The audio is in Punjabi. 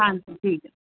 ਹਾਂਜੀ ਠੀਕ